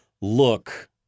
look